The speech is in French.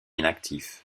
inactif